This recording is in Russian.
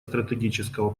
стратегического